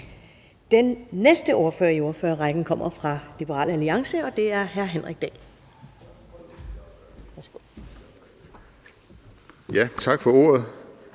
Den næste ordfører i ordførerrækken kommer fra Liberal Alliance, og det er hr. Henrik Dahl. Værsgo. Kl.